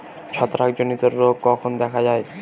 ছত্রাক জনিত রোগ কখন দেখা য়ায়?